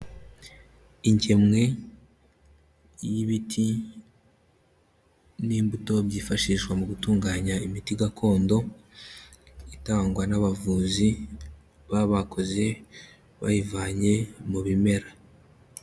ingemwe y'ibiti n'imbuto byifashishwa mu gutunganya imiti gakondo itangwa n'abavuzi baba bakoze bayivanye mu bimera.